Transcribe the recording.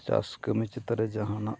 ᱪᱟᱥ ᱠᱟᱹᱢᱤ ᱪᱮᱛᱟᱱ ᱨᱮ ᱡᱟᱦᱟᱱᱟᱜ